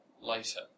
later